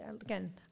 again